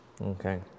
Okay